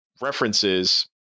references